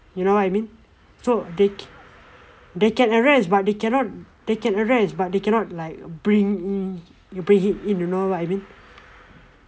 you know what I mean so they they can arrest but they cannot they can arrest but they cannot like bring in you bring it in you know what I mean